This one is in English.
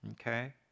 Okay